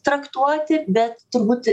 traktuoti bet turbūt